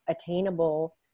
attainable